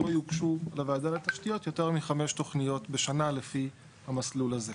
שלא יוגשו לוועדה לתשתיות יותר מ-5 תוכניות בשנה לפי המסלול הזה.